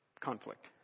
conflict